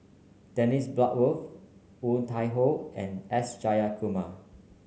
Dennis Bloodworth Woon Tai Ho and S Jayakumar